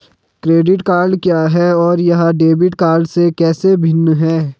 Credit card क्या है और यह डेबिट कार्ड से कैसे भिन्न है?